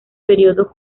período